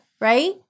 right